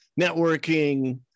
networking